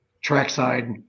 trackside